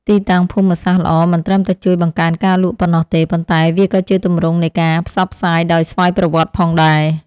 ទីតាំងភូមិសាស្ត្រល្អមិនត្រឹមតែជួយបង្កើនការលក់ប៉ុណ្ណោះទេ ប៉ុន្តែវាក៏ជាទម្រង់នៃការផ្សព្វផ្សាយដោយស្វ័យប្រវត្តិផងដែរ។